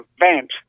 event